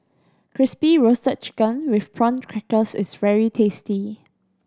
Crispy Roasted Chicken with Prawn Crackers is very tasty